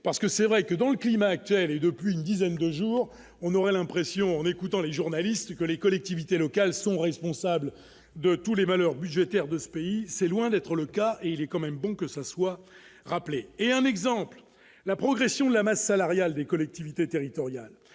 parce que c'est vrai que dans le climat actuel est depuis une dizaine de jours, on aurait l'impression en écoutant les journalistes que les collectivités locales sont responsables de tous les malheurs budgétaire de ce pays, c'est loin d'être le cas et il est quand même bon que ça soit rappelé et un exemple, la progression de la masse salariale des collectivités territoriales,